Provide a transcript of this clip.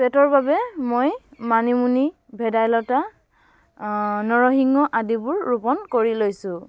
পেটৰ বাবে মই মানিমুনি ভেদাইলতা নৰসিংহ আদিবোৰ ৰোপণ কৰি লৈছোঁ